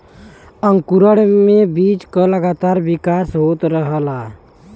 अंकुरण में बीज क लगातार विकास होत रहला